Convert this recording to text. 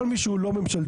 כל מי שהוא לא ממשלתי,